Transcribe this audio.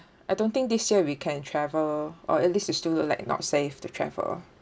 I don't think this year we can travel or at least it's still like not safe to travel